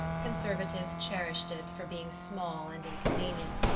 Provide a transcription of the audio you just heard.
conservatives cherished it for being small and inconvenient,